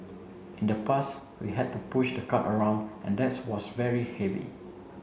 in the past we had to push the cart around and that was very heavy